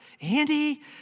Andy